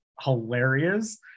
hilarious